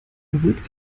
wirkt